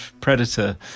Predator